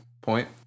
point